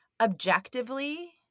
objectively